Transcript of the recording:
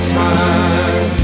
time